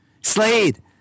Slade